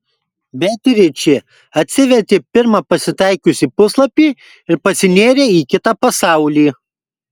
beatričė atsivertė pirmą pasitaikiusį puslapį ir pasinėrė į kitą pasaulį